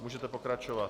Můžete pokračovat.